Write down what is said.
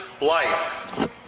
life